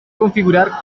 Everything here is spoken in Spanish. configurar